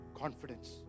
confidence